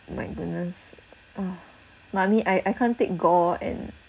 my goodness oh mummy I I can't take gore and